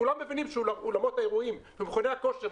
כולם מבינים שאולמות האירועים ומכוני הכושר,